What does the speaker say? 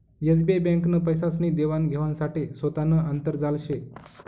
SBI ब्यांकनं पैसासनी देवान घेवाण साठे सोतानं आंतरजाल शे